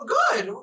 good